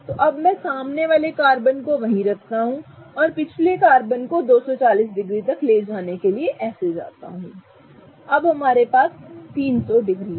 तो अब मैं सामने वाले कार्बन को वहीं रखता हूं मैं पिछले कार्बन को 240 डिग्री तक ले जाने के लिए ऐसे ले जाता हूं अब हमारे पास 300 डिग्री है